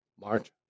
March